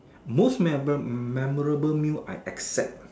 most memorable meal I accept ah